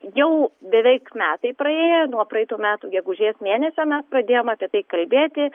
jau beveik metai praėjo nuo praeitų metų gegužės mėnesio mes pradėjom apie tai kalbėti